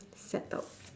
settled